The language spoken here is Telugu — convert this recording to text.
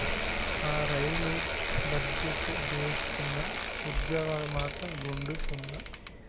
ఆ, రైలు బజెట్టు భేసుగ్గున్నా, ఉజ్జోగాలు మాత్రం గుండుసున్నా